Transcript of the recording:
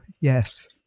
yes